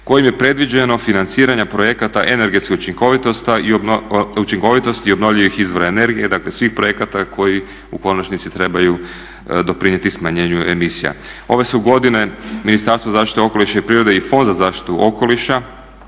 kojim je predviđeno financiranje projekata energetske učinkovitosti i obnovljivih izvora energije dakle svih projekata koji u konačnici trebaju doprinijeti smanjenju emisija. Ove su godine Ministarstvo zaštite okoliša i prirode i Fond za zaštitu okoliša